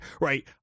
right